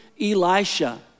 Elisha